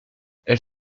elle